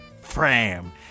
Fram